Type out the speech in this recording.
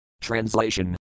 Translation